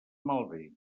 malbé